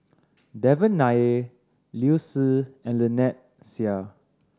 Devan Nair Liu Si and Lynnette Seah